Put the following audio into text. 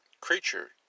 creature